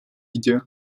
gidiyor